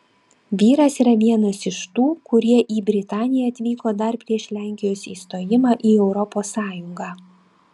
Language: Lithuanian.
vyras yra vienas iš tų kurie į britaniją atvyko dar prieš lenkijos įstojimą į europos sąjungą